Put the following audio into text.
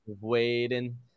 Waiting